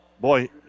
boy